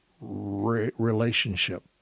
relationship